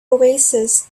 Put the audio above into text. oasis